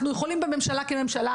אנחנו יכולים בממשלה כממשלה,